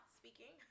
speaking